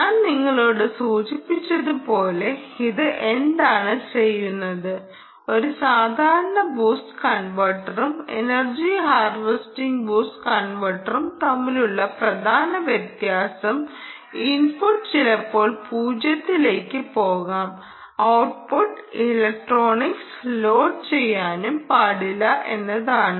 ഞാൻ നിങ്ങളോട് സൂചിപ്പിച്ചതുപോലെ ഇത് എന്താണ് ചെയ്യുന്നത് ഒരു സാധാരണ ബൂസ്റ്റ് കൺവെർട്ടറും എനർജി ഹാർവെസ്റ്റിംഗ് ബൂസ്റ്റ് കൺവെർട്ടറും തമ്മിലുള്ള പ്രധാന വ്യത്യാസം ഇൻപുട്ട് ചിലപ്പോൾ 0 ലേക്ക് പോകാം ഔട്ട്പുട്ട് ഇലക്ട്രോണിക്സ് ലോഡ് ചെയ്യാനും പാടില്ല എന്നതാണ്